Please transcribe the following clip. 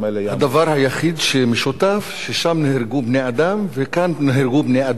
הדבר היחיד שמשותף הוא ששם נהרגו בני-אדם וכאן נהרגו בני-אדם,